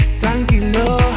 tranquilo